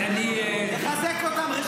תחזק אותנו.